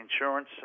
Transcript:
insurance